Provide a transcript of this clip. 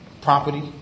property